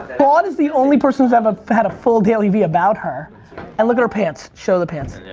claude is the only person who's ever had a full dailyvee about her and look at her pants. show the pants. yeah